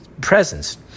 presence